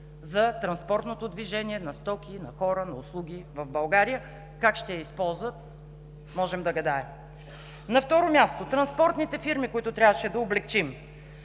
за транспортното движение на стоки, на хора и на услуги в България. Как ще я използват? Можем да гадаем. На второ място, транспортните фирми, които трябваше да облекчим.